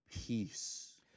peace